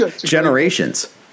generations